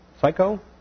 psycho